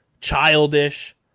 childish